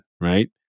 right